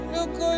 Look